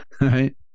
Right